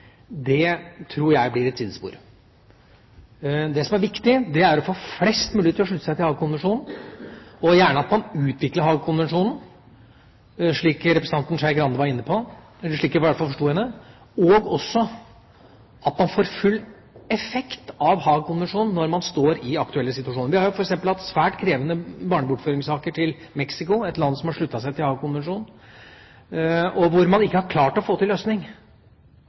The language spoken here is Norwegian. tror jeg blir et sidespor. Det som er viktig, er å få flest mulig til å slutte seg til Haagkonvensjonen og gjerne at man utvikler Haagkonvensjonen, slik representanten Skei Grande var inne på – eller slik jeg i hvert fall forsto henne – og også at man får full effekt av Haagkonvensjonen når man står i aktuelle situasjoner. Vi har f.eks. hatt svært krevende barnebortføringssaker i Mexico – et land som har sluttet seg til Haagkonvensjonen – hvor man ikke har klart å få til en løsning.